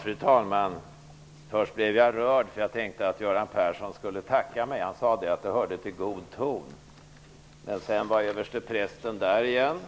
Fru talman! Först blev jag rörd för jag trodde att Göran Persson skulle tacka mig -- han sade ju att det hörde till god ton. Men sedan var översteprästen där igen,